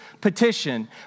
petition